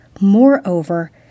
Moreover